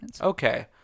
Okay